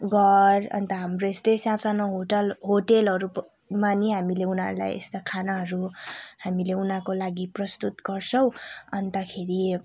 घर अन्त हाम्रो यस्तै सा सानो होटल होटेलहरूमा पनि उनीहरूलाई यस्ता खानाहरू हामीले उनीहरूको लागि प्रस्तुत गर्छौँ अन्तखेरि